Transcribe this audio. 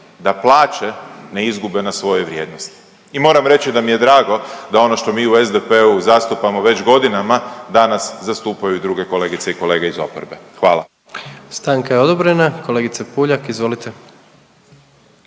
da plaće na izgube na svojoj vrijednosti. I moram reći da mi je drago da ono što mi u SDP-u zastupamo već godinama danas zastupanju i druge kolegice i kolege iz oporbe. Hvala.